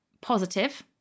positive